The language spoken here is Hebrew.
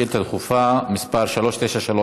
שאילתה דחופה מס' 393,